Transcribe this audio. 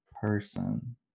person